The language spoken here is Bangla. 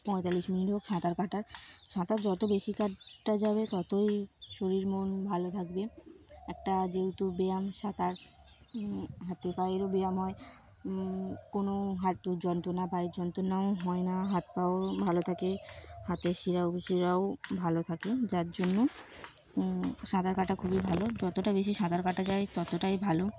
পঁয়তাল্লিশ মিনিট হোক সাঁতার কাটার সাঁতার যত বেশি কাটটা যাবে ততই শরীর মন ভালো থাকবে একটা যেহেতু ব্যায়াম সাঁতার হাতে পায়েরও ব্যায়াম হয় কোনো হাত যন্ত্রণা পায়ের যন্ত্রণাও হয় না হাত পাওয়ও ভালো থাকে হাতের শিরা উপশিরাও ভালো থাকে যার জন্য সাঁতার কাটা খুবই ভালো যতটা বেশি সাঁতার কাটা যায় ততটাই ভালো